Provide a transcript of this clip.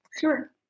Sure